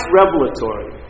revelatory